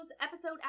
episode